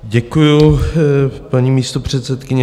Děkuji, paní místopředsedkyně.